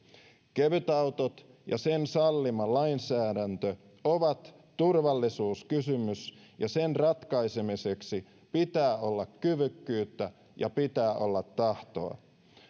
kevytautot ja ne salliva lainsäädäntö ovat turvallisuuskysymys ja sen ratkaisemiseksi pitää olla kyvykkyyttä ja pitää olla tahtoa